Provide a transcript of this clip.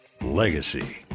Legacy